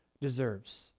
deserves